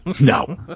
no